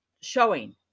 showing